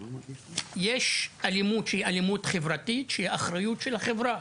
יש אלימות שהיא חברתית והיא באחריות החברה,